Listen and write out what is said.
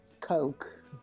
Coke